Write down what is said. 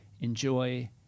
enjoy